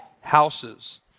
houses